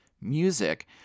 music